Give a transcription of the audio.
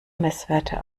messwerte